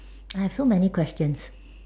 I have so many questions